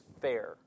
fair